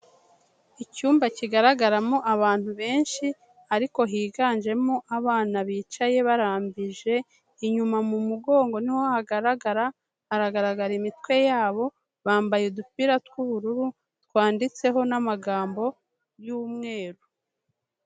Icyumba kigaragaramo abantu benshi ariko higanjemo abana bicaye barambije, inyuma mu mugongo ni ho hagaragara, haragaragara imitwe yabo, bambaye udupira tw'ubururu twanditseho n'amagambo y'umweru.